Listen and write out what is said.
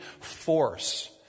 force